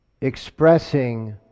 expressing